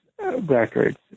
records